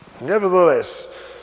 Nevertheless